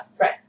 Right